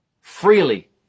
freely